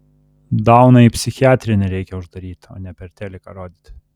dauną į psichiatrinę reikia uždaryti o ne per teliką rodyti